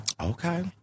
Okay